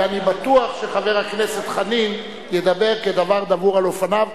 ואני בטוח שחבר הכנסת חנין ידבר כדבר דבור על אופניו,